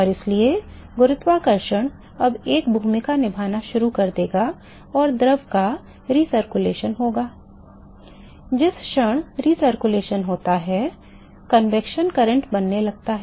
और इसलिए गुरुत्वाकर्षण अब एक भूमिका निभाना शुरू कर देगा और द्रव का पुनरावर्तन होगा जिस क्षण पुनरावर्तन होता है संवहन धारा बनाने लगता हैं